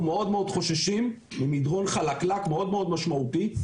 אנחנו חוששים מאוד ממדרון חלקלק משמעותי מאוד.